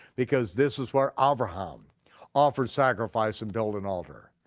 because this is where abraham offered sacrifice and built an altar.